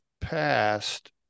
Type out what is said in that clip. passed